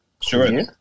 sure